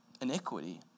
iniquity